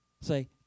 Say